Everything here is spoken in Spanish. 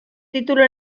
título